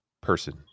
person